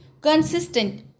consistent